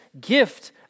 gift